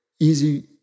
easy